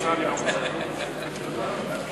חברי